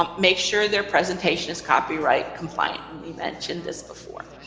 um make sure their presentation is copyright compliant and we mentioned this before.